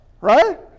Right